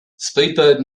speedbird